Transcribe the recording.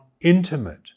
intimate